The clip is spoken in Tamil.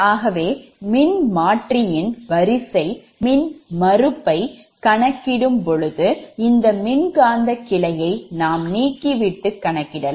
ஆகவே மின்மாற்றியின் வரிசை மின்மறுப்பை கணக்கிடம் பொழுது இந்த மின்காந்த கிளையை நாம் நீக்கிவிட்டு கணக்கிடலாம்